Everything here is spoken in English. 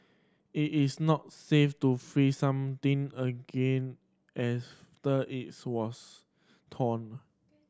it is not safe to freeze something again after it was thawed